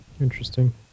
Interesting